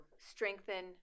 strengthen